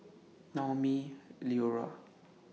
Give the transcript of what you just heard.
Naumi Liora